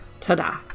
ta-da